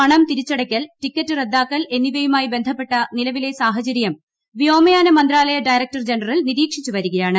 പണം തിരിച്ചടയ്ക്കൽ ടിക്കറ്റ് റദ്ദാക്കൽ എന്നിവയുമായി ബന്ധപ്പെട്ട നിലവിലെ സാഹചര്യം വ്യോമയാന മന്ത്രാലയ ഡയറക്ടർ ജനറ്റൽ നിരീക്ഷിച്ചുവരികയാണ്